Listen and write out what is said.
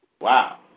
wow